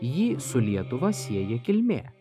jį su lietuva sieja kilmė